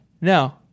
No